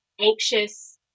anxious